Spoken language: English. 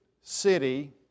city